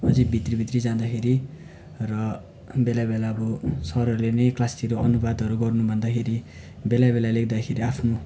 अझै भित्री भित्री जाँदाखेरि र बेला बेला अब सरहरूले नै क्लासतिर अनुवादहरू गर्नु भन्दाखेरि बेला बेला लेख्दाखेरि आफ्नो